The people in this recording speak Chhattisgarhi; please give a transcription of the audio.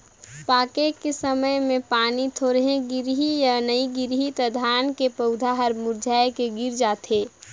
पाके के समय मे पानी थोरहे गिरही य नइ गिरही त धान के पउधा हर मुरझाए के गिर जाथे